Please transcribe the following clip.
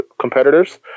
competitors